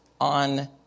on